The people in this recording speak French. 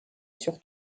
sur